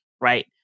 right